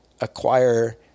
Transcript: acquire –